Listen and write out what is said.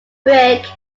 brick